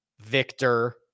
Victor